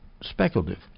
speculative